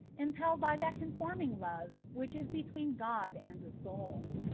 impelled by that con forming love which is between god and the soul